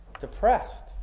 depressed